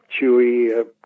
chewy